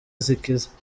zikiza